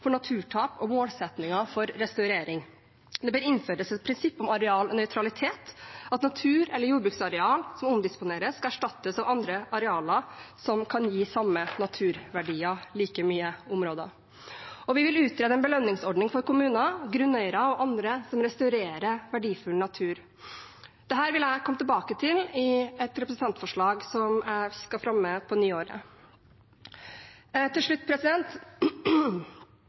for naturtap og målsettinger for restaurering. Det bør innføres et prinsipp om arealnøytralitet – at natur- eller jordbruksarealer som omdisponeres, skal erstattes av andre arealer som kan gi samme naturverdier like store områder. Vi vil utrede en belønningsordning for kommuner, grunneiere og andre som restaurerer verdifull natur. Dette vil jeg komme tilbake til i et representantforslag som jeg skal fremme på nyåret. Til slutt